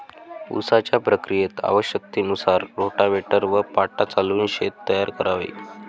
उसाच्या प्रक्रियेत आवश्यकतेनुसार रोटाव्हेटर व पाटा चालवून शेत तयार करावे